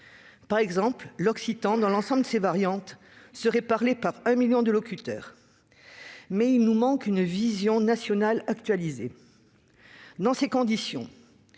Par exemple, l'occitan, dans l'ensemble de ses variantes, serait parlé par un million de locuteurs. Mais il nous manque une vision nationale actualisée. Comment construire